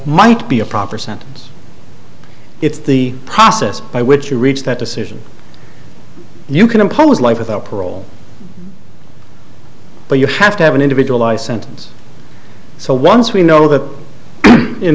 might be a proper sentence it's the process by which you reach that decision you can impose life without parole but you have to have an individual life sentence so once we know that in